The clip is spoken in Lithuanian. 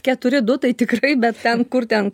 keturi du tai tikrai bet ten kur ten